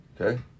Okay